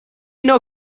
نوع